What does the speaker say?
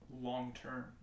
long-term